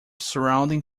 surrounding